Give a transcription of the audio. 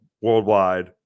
worldwide